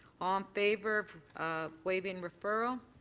um favor of waiving referral.